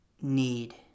need